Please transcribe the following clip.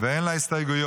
ואין לה הסתייגויות,